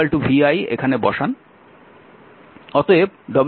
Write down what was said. তাই এখানে p vi বসান